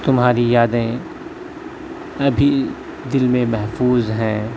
تمہاری یادیں ابھی دل میں محفوظ ہیں